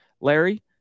Larry